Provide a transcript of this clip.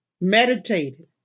meditated